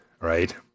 right